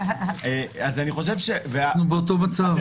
אנחנו באותו מצב.